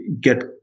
get